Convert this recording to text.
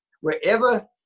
Wherever